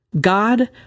God